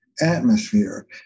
atmosphere